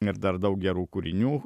ir dar daug gerų kūrinių